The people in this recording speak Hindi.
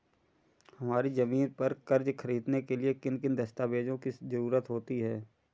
हमारी ज़मीन पर कर्ज ख़रीदने के लिए किन किन दस्तावेजों की जरूरत होती है?